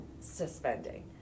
suspending